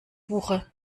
buche